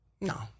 No